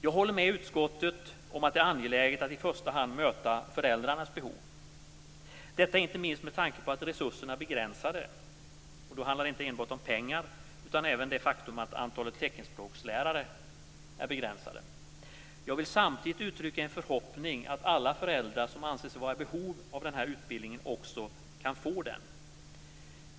Jag håller med utskottet om att det är angeläget att i första hand möta föräldrarnas behov, detta inte minst med tanke på att resurserna är begränsade, och då handlar det inte enbart om pengar utan även det faktum att antalet teckenspråkslärare är begränsat. Jag vill samtidigt uttrycka en förhoppning om att alla föräldrar som anser sig vara i behov av denna utbildning också kan få den.